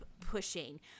pushing